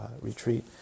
retreat